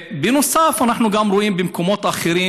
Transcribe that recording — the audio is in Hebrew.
אנחנו גם רואים זאת במקומות אחרים,